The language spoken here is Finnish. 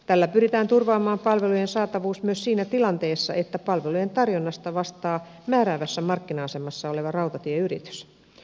tällä pyritään turvaamaan palvelujen saatavuus myös siinä tilanteessa että palvelujen tarjonnasta vastaa määräävässä markkina asemassa oleva rautatieyritys